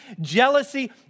jealousy